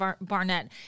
Barnett